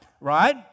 Right